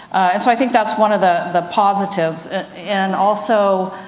and so, i think that's one of the the positives and, also,